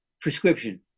prescription